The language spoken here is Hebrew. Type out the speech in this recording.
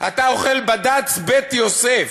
אתה אוכל בד"ץ בית-יוסף.